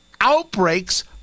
outbreaks